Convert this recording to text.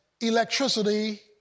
electricity